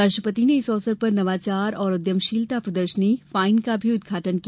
राष्ट्रपति ने इस अवसर पर नवाचार और उद्यमशीलता प्रदर्शनी फाइन का भी उद्घाटन किया